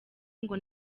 ngo